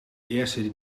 eerste